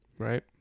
Right